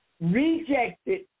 rejected